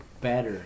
better